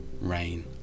rain